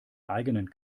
eigenen